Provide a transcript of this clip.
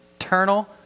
eternal